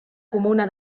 comuna